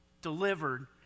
delivered